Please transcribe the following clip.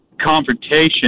confrontation